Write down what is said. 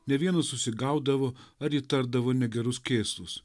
ne vienas užsigaudavo ar įtardavo negerus kėslus